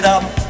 up